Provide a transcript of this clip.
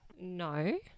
No